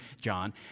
John